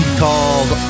called